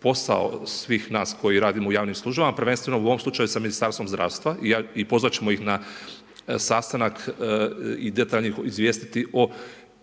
posao svih nas koji radimo u javnim službama, prvenstveno u ovom slučaju sa Ministarstvom zdravstva i pozvati ćemo ih na sastanak i detaljno izvijestiti o